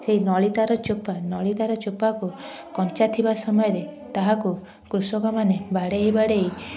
ସେଇ ନଳିତାର ଚୋପା ନଳିତାର ଚୋପାକୁ କଞ୍ଚା ଥିବା ସମୟରେ ତାହାକୁ କୃଷକମାନେ ବାଡ଼େଇ ବାଡ଼େଇ